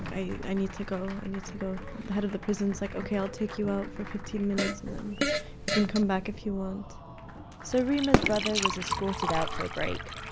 i i need to go, i need to go. the head of the prison is like, ok, i'll take you out for fifteen minutes, and then you can come back if you want so reema's brother was escorted out for a break.